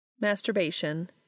masturbation